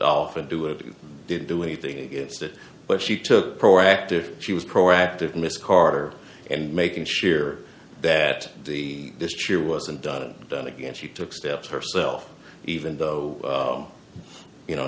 off and do it he didn't do anything against it but she took proactive she was proactive miss carter and making sure that the this year wasn't done and done again she took steps herself even though you know